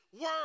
word